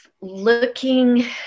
looking